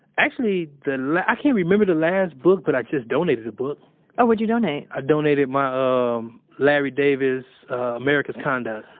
actually, the last. i can't remember the last book but i just donated a book oh, what'd you donate? i donated my, ah, um larry davis, america's conduct